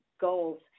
goals